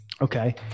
Okay